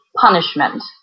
punishment